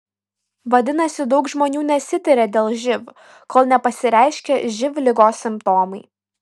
vadinasi daug žmonių nesitiria dėl živ kol nepasireiškia živ ligos simptomai